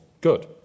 good